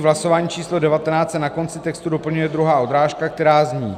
V hlasování číslo devatenáct se na konci textu doplňuje druhá odrážka, která zní: